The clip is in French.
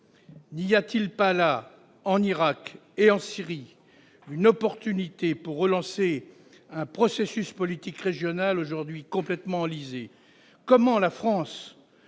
N'y a-t-il pas là, en Irak et en Syrie, une opportunité pour relancer un processus politique régional aujourd'hui complètement enlisé ? Comment la France,